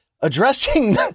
addressing